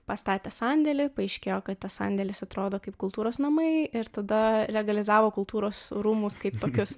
pastatė sandėlį paaiškėjo kad tas sandėlis atrodo kaip kultūros namai ir tada legalizavo kultūros rūmus kaip tokius